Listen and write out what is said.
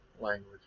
language